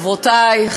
תודה, חברותי,